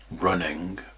running